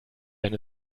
eine